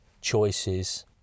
choices